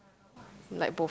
like both